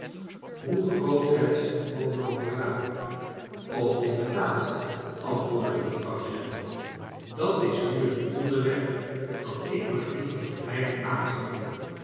hoe groot het hoo inderdaad antwoordde mevrouw general dat is nu een onderwerp dat ik maar liever vermijd aan te roeren